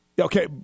Okay